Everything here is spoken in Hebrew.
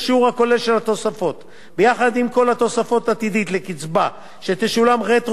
ביחד עם כל תוספת עתידית לקצבה שתשולם רטרואקטיבית למועד שקדם